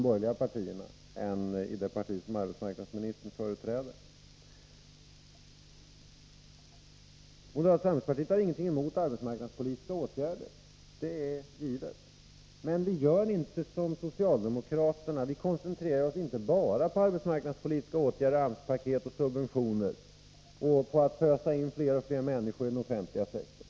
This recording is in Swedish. Moderata samlingspartiet har ingenting emot arbetsmarknadspolitiska åtgärder. Det är givet. Men vi gör inte som socialdemokraterna. Vi koncentrerar oss inte bara på arbetsmarknadspolitiska åtgärder, arbetsmarknadspaket och subventioner och på att ösa in fler och fler människor i den offentliga sektorn.